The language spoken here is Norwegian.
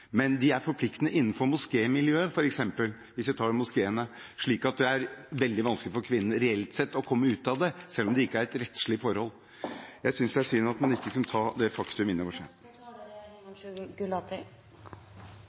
Men de er forpliktende innenfor miljøene i moskeene, så det er reelt sett veldig vanskelig for kvinnene å komme ut av det, selv om det ikke er et rettslig forhold. Jeg synes det er synd at man ikke kan ta det faktum inn over seg. Mitt forrige innlegg handlet om forslagene vi skal stemme over i dag, og som er